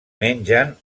mengen